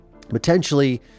potentially